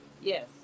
Yes